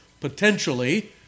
potentially